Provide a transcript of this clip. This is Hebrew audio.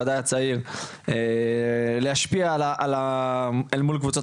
בוודאי הציבור הצעיר להשפיע אל מול קבוצות